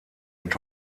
mit